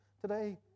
today